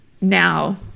now